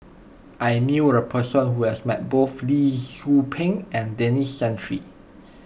I knew a person who has met both Lee Tzu Pheng and Denis Santry